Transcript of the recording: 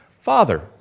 Father